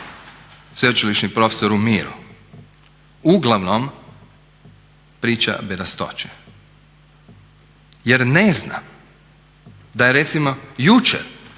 se ne razumije./… uglavnom priča bedastoće. Jer ne zna da je recimo jučer